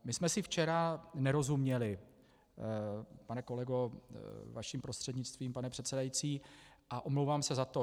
My jsme si včera nerozuměli, pane kolego, vaším prostřednictvím, pane předsedající, a omlouvám se na to.